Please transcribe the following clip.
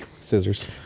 Scissors